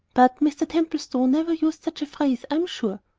but mr. templestowe never used such a phrase, i'm sure.